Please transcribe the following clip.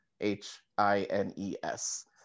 H-I-N-E-S